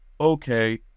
okay